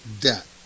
Debt